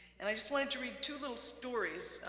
and i just wanted to read two little stories,